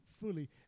fully